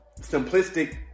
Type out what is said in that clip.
simplistic